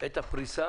את הפריסה